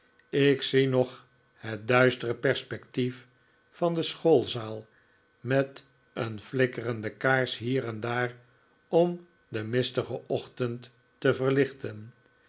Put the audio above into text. ik zie nog het duistere perspectief van de schoolzaal met een flikkerende kaars hier en daar om den mistigen ochtend te verlichten